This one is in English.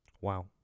Wow